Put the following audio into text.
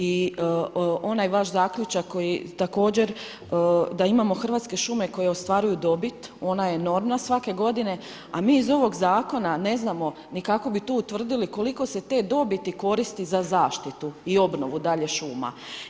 I onaj vaš zaključak koji također, da imamo Hrvatske šume koje ostvaruju dobit, ona je enormna svake godine, a mi iz ovog Zakona je ne znamo ni kako bi tu utvrdili koliko se te dobiti koristi za zaštitu i obnovu dalje šuma.